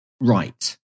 Right